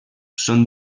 són